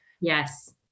Yes